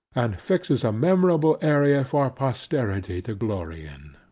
and fixes a memorable area for posterity to glory in.